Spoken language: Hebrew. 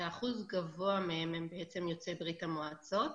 שאחוז גבוה מהם הם יוצאי ברית המועצות,